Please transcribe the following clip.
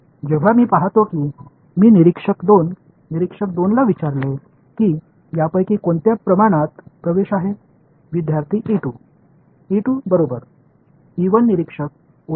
இது அப்படியே இருக்கும் ஏனென்றால் நான் காற்றில் ஒரு கோட்டை வரைந்திருக்கிறேன் இந்த கற்பனையான மேற்பரப்பில் புலங்கள் தொடர்ச்சியாக இருக்கும்